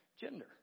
gender